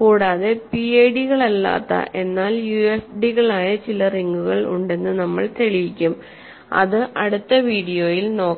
കൂടാതെ പിഐഡികളല്ലാത്ത എന്നാൽ യുഎഫ്ഡികളായ ചില റിങ്ങുകൾ ഉണ്ടെന്നു നമ്മൾ തെളിയിക്കും അത് അടുത്ത വീഡിയോയിൽ നോക്കാം